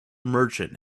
merchant